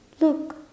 look